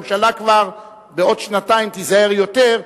הממשלה בעוד שנתיים כבר תיזהר יותר,